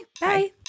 Bye